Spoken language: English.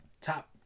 Top